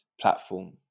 platform